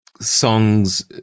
songs